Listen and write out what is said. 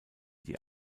die